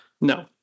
No